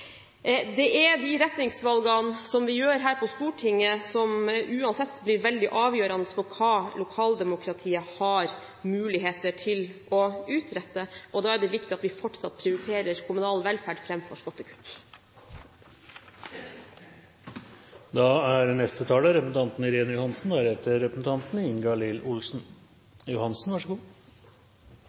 Det er de retningsvalgene som vi gjør her på Stortinget, som uansett blir veldig avgjørende for hva lokaldemokratiet har muligheter til å utrette, og da er det viktig at vi fortsatt prioriterer kommunal velferd framfor skattekutt.